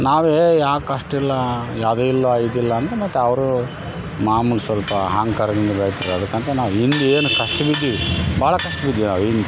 ನಾವೇ ಯಾವ ಕಷ್ಟಿಲ್ಲ ಯಾವುದೇ ಇಲ್ಲ ಇದಿಲ್ಲ ಅಂದರೆ ಮತ್ತೆ ಅವರು ಮಾಮೂಲು ಸ್ವಲ್ಪ ಅಹಂಕಾರ ಅದಕ್ಕೆಂತ ನಾವು ಹಿಂದೆ ಏನು ಕಷ್ಟ ಬಿದ್ದೀವಿ ಭಾಳಾ ಕಷ್ಟ ಬಿದ್ದೀವಿ ಅವಾಗ ಹಿಂದೆ